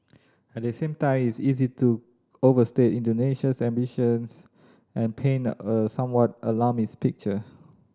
at the same time is easy to overstate Indonesia's ambitions and painted a somewhat alarmist picture